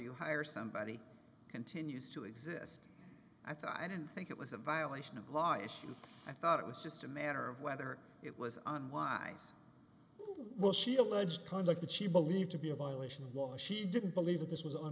you hire somebody continues to exist i thought i didn't think it was a violation of law issues i thought it was just a matter of whether it was on why was she alleged conduct that she believed to be a violation of law she didn't believe this was on